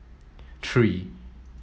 three